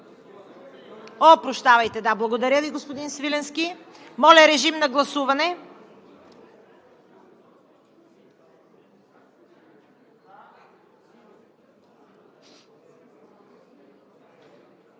Прощавайте! Благодаря Ви, господин Свиленски. Моля, режим на гласуване.